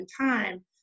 time